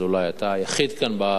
אתה יחיד כאן באולם,